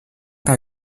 大约